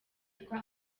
witwa